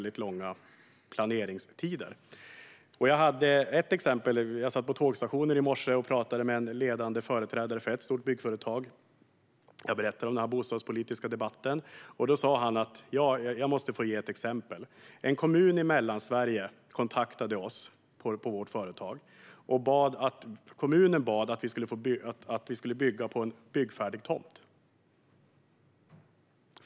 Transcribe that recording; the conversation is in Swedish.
I morse satt jag på tågstationen och pratade med en ledande företrädare för ett stort byggföretag. Jag berättade om den här bostadspolitiska debatten, och då sa han: Jag måste få ge ett exempel. En kommun i Mellansverige kontaktade oss på vårt företag och bad att vi skulle bygga på en byggfärdig tomt.